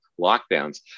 lockdowns